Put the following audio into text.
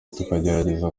tugerageza